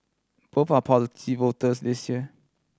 both are policy voters this year